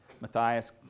Matthias